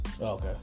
Okay